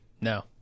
No